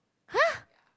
!huh!